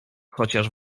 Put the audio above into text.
chociaż